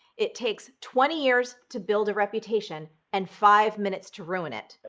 it takes twenty years to build a reputation, and five minutes to ruin it.